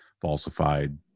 falsified